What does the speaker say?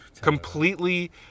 completely